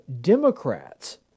Democrats